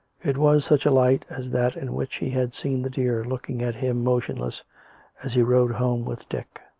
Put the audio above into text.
it was such a light as that in which he had seen the deer looking at him motionless as he rode home with dick.